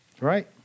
right